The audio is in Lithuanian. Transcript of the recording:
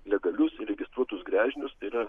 legalius įregistruotus gręžinius tai yra